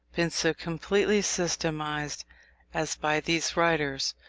been so completely systematized as by these writers,